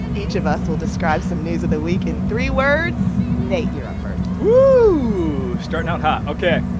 each of us will describe some news of the week in three words. nate, you're up first woo. starting out hot ok.